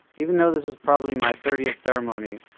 even though this is probably my thirtieth ceremony,